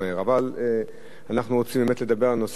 אבל אנחנו רוצים באמת לדבר על נושא שאנחנו